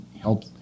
help